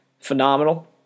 Phenomenal